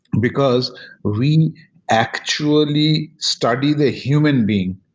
because we actually study the human being.